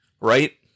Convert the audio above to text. right